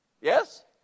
Yes